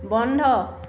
বন্ধ